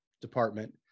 department